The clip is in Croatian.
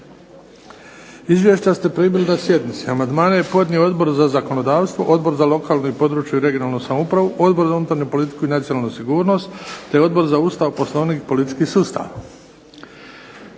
Izvješća ste primili na sjednici. Amandmane je podni Odbor za zakonodavstvo, Odbor za područnu, regionalnu samoupravu, Odbor za unutarnju politiku i nacionalnu sigurnost te Odbor za Ustav, Poslovnik i politički sustav.